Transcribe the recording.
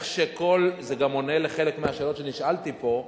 זה גם עונה על חלק מהשאלות שנשאלתי פה,